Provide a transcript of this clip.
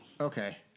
Okay